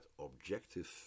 objective